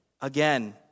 Again